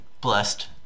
blessed